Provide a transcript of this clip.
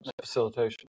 Facilitation